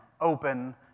open